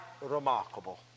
remarkable